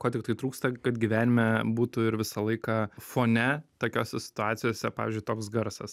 ko tiktai trūksta kad gyvenime būtų ir visą laiką fone tokiose situacijose pavyzdžiui toks garsas